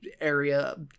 area